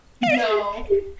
No